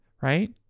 right